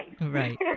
Right